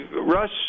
Russ